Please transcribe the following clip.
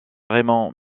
raymond